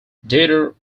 dieter